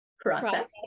process